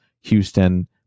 houston